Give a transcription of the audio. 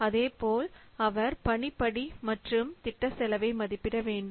அதேபோல் அவர் பணி படி மற்றும் திட்டச் செலவை மதிப்பிட வேண்டும்